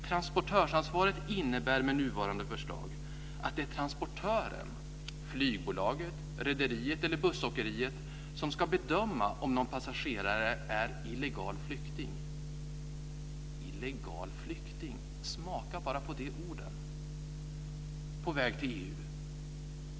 Transportörsansvaret innebär med nuvarande förslag att det är transportören - flygbolaget, rederiet eller bussåkeriet - som ska bedöma om någon passagerare är illegal flykting - illegal flykting, smaka på de orden! - på väg till EU.